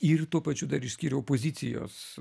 ir tuo pačiu dar išskyriau pozicijos